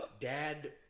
dad